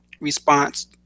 response